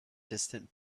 distant